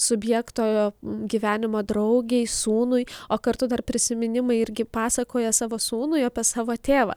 subjekto gyvenimo draugei sūnui o kartu dar prisiminimai irgi pasakoja savo sūnui apie savo tėvą